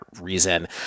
reason